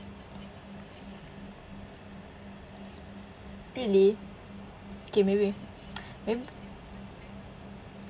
really okay maybe maybe